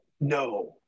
No